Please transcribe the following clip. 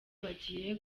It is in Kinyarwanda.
bagiye